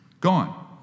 gone